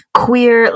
queer